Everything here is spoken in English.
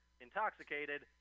intoxicated